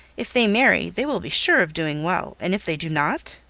if they marry, they will be sure of doing well, and if they do not,